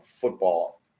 football